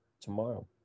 tomorrow